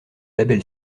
label